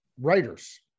writers